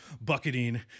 bucketing